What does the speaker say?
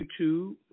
YouTube